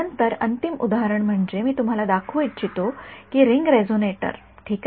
नंतर अंतिम उदाहरण म्हणजे मी तुम्हाला दाखवू इच्छितो की रिंग रेझोनेटर ठीक आहे